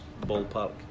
ballpark